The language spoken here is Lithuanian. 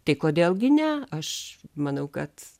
tai kodėl gi ne aš manau kad